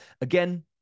Again